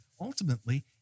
ultimately